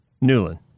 Newland